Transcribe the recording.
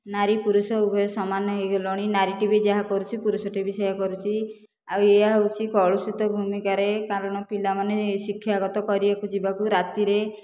ନାରୀ ପୁରୁଷ ଉଭୟେ ସମାନ ହୋଇଗଲେଣି ନାରୀଟିଏ ଏବେ ଯାହା କରୁଛି ପୁରୁଷ ଟିଏ ବି ସେୟା କରୁଛି ଆଉ ଏହା ହେଉଛି କଳୁଷିତ ଭୂମିକାରେ କାରଣ ପିଲାମାନେ ଏହି ଶିକ୍ଷାଗତ କରିବାକୁ ଯିବାକୁ ରାତିରେ